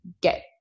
get